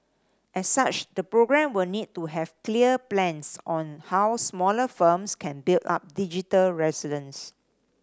as such the programme will need to have clear plans on how smaller firms can build up digital resilience